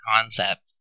concept